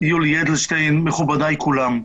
יולי אדלשטיין, מכובדי כולם.